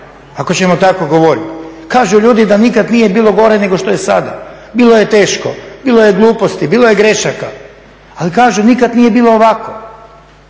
ako ćemo tako govoriti. Kažu ljudi da nikad nije bilo gore nego što je sada. Bilo je teško, bilo je gluposti, bilo je grešaka ali kažu nikad nije bilo ovako.